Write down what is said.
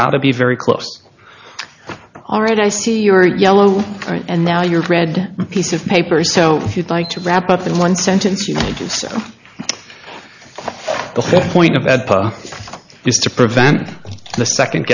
got to be very close all right i see your yellow and now your red piece of paper so if you'd like to wrap up in one sentence the whole point of that is to prevent the second